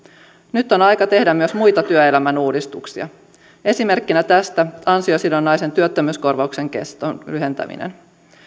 nyt on aika tehdä myös muita työelämän uudistuksia esimerkkinä tästä on ansiosidonnaisen työttömyyskorvauksen keston lyhentäminen